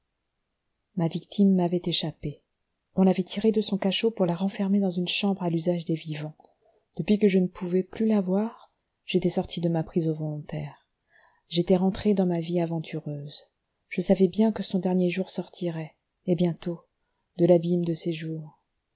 ma victime m'avait échappé on l'avait tirée de son cachot pour la renfermer dans une chambre à l'usage des vivants depuis que je ne pouvais plus la voir j'étais sorti de ma prison volontaire j'étais rentré dans ma vie aventureuse je savais bien que son dernier jour sortirait et bientôt de l'abîme de